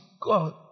God